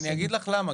אני אגיד לך למה,